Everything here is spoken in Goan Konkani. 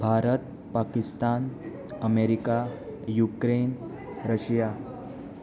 Bharat Pakistan America Ukraine Russia